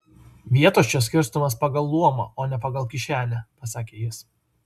vietos čia skirstomos pagal luomą o ne pagal kišenę pasakė jis